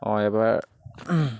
মই এইবাৰ